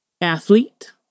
athlete